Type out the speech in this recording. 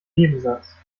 nebensatz